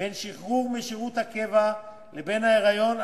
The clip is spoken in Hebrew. בין השחרור משירות הקבע לבין ההיריון,